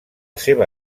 seva